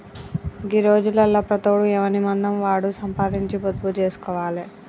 గీ రోజులల్ల ప్రతోడు ఎవనిమందం వాడు సంపాదించి పొదుపు జేస్కోవాలె